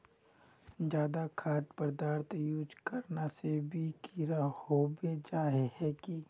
ज्यादा खाद पदार्थ यूज करना से भी कीड़ा होबे जाए है की?